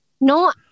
No